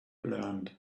learned